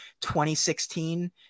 2016